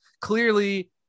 Clearly